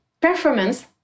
performance